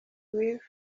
with